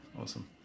awesome